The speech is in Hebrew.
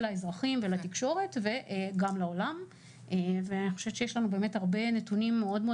האזרחים ולתקשורת וגם לעולם ואני חושבת שיש לנו הרבה נתונים מאוד מאוד